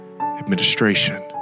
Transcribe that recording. administration